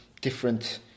different